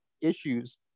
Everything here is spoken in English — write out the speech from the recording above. issues